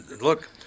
look